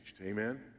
Amen